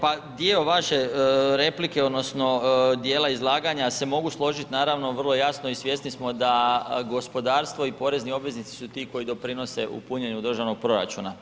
Pa dio vaše replike, odnosno dijela izlaganja se mogu složiti naravno, vrlo jasno i svjesni smo da gospodarstvo i porezni obveznici su ti koji doprinose u punjenju državnog proračuna.